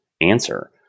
answer